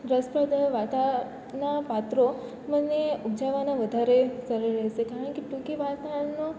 રસપ્રદ વાર્તાના પાત્રો મને ઉપજાવાના વધારે સરળ રહેશે કારણ કે ટૂંકી વાર્તાનો